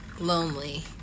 lonely